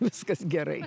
viskas gerai